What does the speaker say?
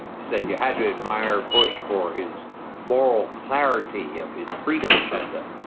said you had to admire bush for his moral clarity of his freedom agenda.